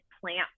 plant